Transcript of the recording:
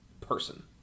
person